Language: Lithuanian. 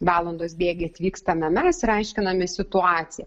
valandos bėgyje atvykstame mes ir aiškinamės situaciją